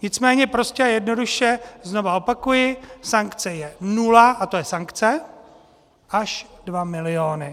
Nicméně prostě a jednoduše znovu opakuji, sankce je nula, a to je sankce, až 2 miliony.